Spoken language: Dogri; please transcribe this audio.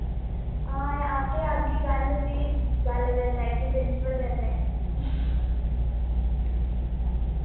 हां यां आप्पे औगी कल फ्ही गल्ल करी लैगे प्रिंसिपल कन्नै